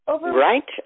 Right